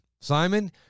Simon